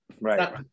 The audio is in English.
Right